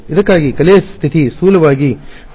ಇದಕ್ಕಾಗಿ ಕಲೆಯ ಸ್ಥಿತಿ ಸ್ಥೂಲವಾಗಿ 2